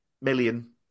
million